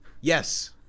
Yes